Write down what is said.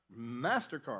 MasterCard